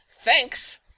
Thanks